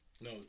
No